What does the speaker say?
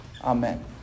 Amen